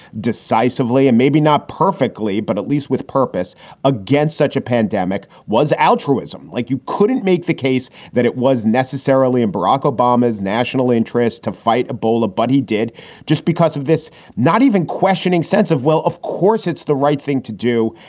decisively and maybe not perfectly, but at least with purpose against such a pandemic was altruism. like you couldn't make the case that it was necessarily in barack obama's national interest to fight ebola, but he did just because of this not even questioning sense of, well, of course, it's the right thing to do.